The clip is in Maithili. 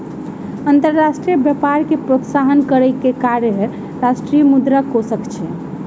अंतर्राष्ट्रीय व्यापार के प्रोत्साहन करै के कार्य अंतर्राष्ट्रीय मुद्रा कोशक अछि